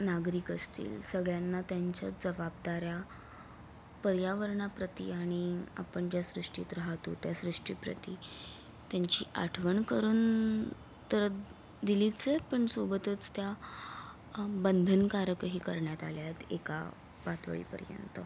नागरिक असतील सगळ्यांना त्यांच्या जवाबदाऱ्या पर्यावरणा प्रती आणि आपण ज्या सृष्टीत राहतो त्या सृष्टी प्रती त्यांची आठवण करून तर दिलीच आहे पण सोबतच त्या बंधनकारकही करण्यात आले आहेत एका पातोळीपर्यंत